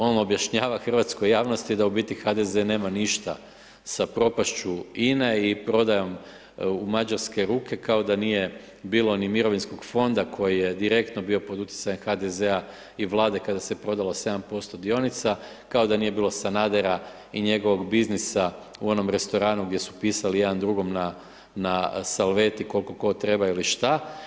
On objašnjava hrvatskoj javnosti da u biti HDZ-e nema ništa sa propašću INA-e i prodajom u mađarske ruke kao da nije bilo ni Mirovinskog fonda koji je direktno bio pod utjecajem HDZ-a i Vlade kada se prodalo 7% dionica, kao da nije bilo Sanadera i njegovog biznisa u onom restoranu gdje su pisali jedan drugom na salveti koliko tko treba ili što.